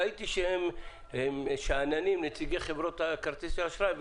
ראיתי שנציגי חברות כרטיסי האשראי שאננים,